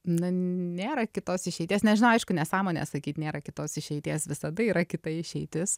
na nėra kitos išeities nežinau aišku nesąmonė sakyti nėra kitos išeities visada yra kita išeitis